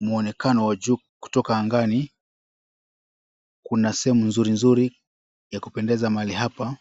Mwonekano wa juu kutoka angani. Kuna sehemu nzuri nzuri ya kupendeza mahali hapa.